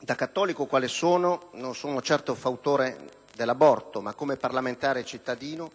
Da cattolico quale sono, non sono certo fautore dell'aborto, ma come parlamentare e cittadino